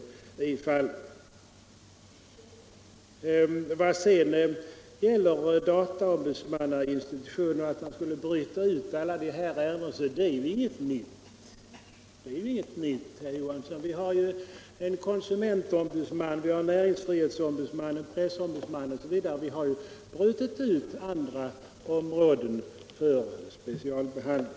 Vad sedan gäller frågan om att inrätta en dataombudsmannainstitution och bryta ut alla dataärenden ur JO:s ämnesområde så är det ju ingenting nytt, herr Johansson. Vi har en konsumentombudsman, en näringsfrihetsombudsman, en pressombudsman osv. Vi har alltså brutit ut andra områden för speciell behandling.